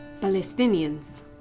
Palestinians